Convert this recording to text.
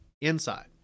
inside